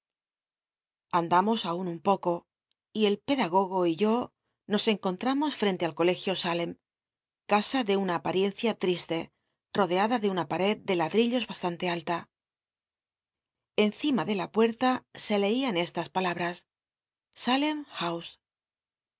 andamos aun un poco y el pedagogo y yo nos encontramos frente al colegio salcm casa de una apariencia triste rodeada de una pared de ladl'illos bastante alta encima de la puerta se leinn estns palabras